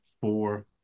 four